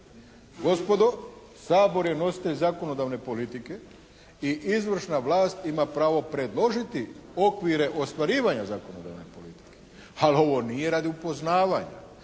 Gospodo Sabor je nositelj zakonodavne politike i izvršna vlast ima pravo predložiti okvire ostvarivanja zakonodavne politike, ali ovo nije radi upoznavanja.